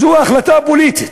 זו החלטה פוליטית.